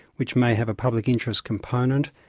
which may have a public interest component,